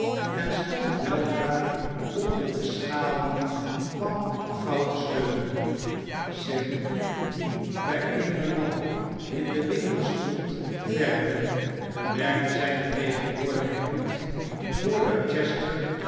en stond weldra onder de schaduw van den gouden sleutel sim die bij eene lamp in den winkel stond te werken bemerkte zijne tegenwoordigheid niet voordat chester